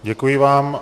Děkuji vám.